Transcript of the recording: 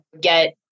get